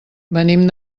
venim